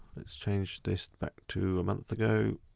let's change this back to a month ago.